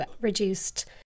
reduced